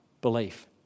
belief